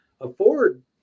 afford